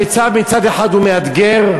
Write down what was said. המיצ"ב מצד אחד הוא מאתגר,